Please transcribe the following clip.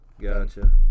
Gotcha